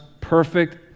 perfect